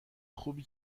خوبی